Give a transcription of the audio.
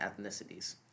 ethnicities